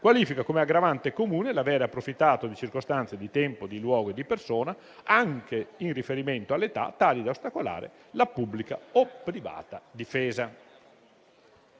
qualifica come aggravante comune l'avere approfittato di circostanze di tempo, di luogo e di persona, anche in riferimento all'età, tali da ostacolare la pubblica o privata difesa.